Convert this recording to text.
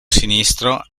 sinistro